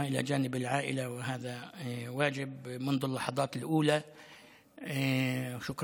היא הועברה אתמול לבית החולים רמב"ם, ותודה